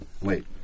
wait